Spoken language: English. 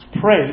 pray